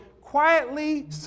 Quietly